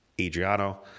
Adriano